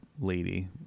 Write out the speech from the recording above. lady